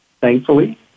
thankfully